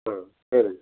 ஆ சரிங்க